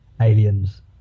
aliens